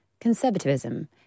conservatism